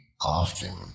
often